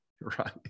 Right